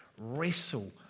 wrestle